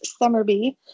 Summerby